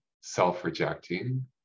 self-rejecting